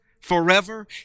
forever